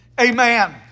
Amen